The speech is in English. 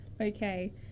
Okay